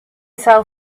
sell